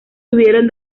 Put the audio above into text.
tuvieron